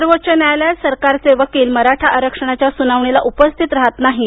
सर्वोच्च न्यायालयात सरकारचे वकील मराठा आरक्षणाच्या सुनावणीला उपस्थित राहत नाहीत